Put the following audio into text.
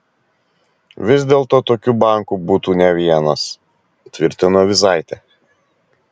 vis dėlto tokių bankų būtų ne vienas tvirtino vyzaitė